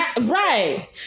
right